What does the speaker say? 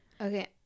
okay